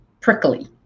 prickly